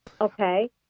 Okay